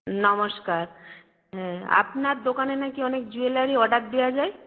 নমস্কার হ্যাঁ আপনার দোকানে না কি অনেক জুয়েলারি অর্ডার দেওয়া যায়